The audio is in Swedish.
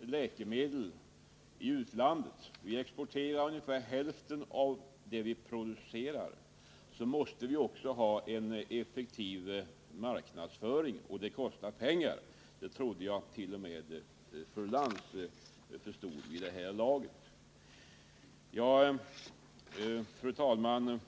läkemedel i utlandet — vi exporterar ungefär hälften av det vi producerar — måste vi också ha en effektiv marknadsföring, och det kostar pengar. Det trodde jag attt.o.m. fru Lantz förstod vid det här laget. Fru talman!